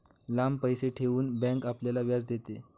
लांब पैसे ठेवून बँक आपल्याला व्याज देते